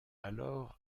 alors